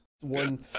One